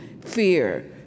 fear